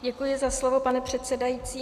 Děkuji za slovo, pane předsedající.